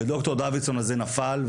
וד"ר דוידסון הזה נפל,